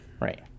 Right